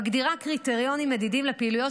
מגדירה קריטריונים מדידים לפעילויות